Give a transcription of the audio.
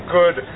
good